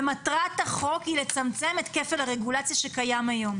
-- ומטרת החוק היא לצמצם את כפל הרגולציה שקיים היום.